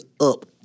up